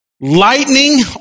Lightning